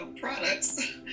products